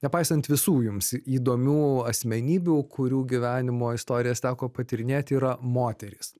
nepaisant visų jums įdomių asmenybių kurių gyvenimo istorijas teko patyrinėti yra moterys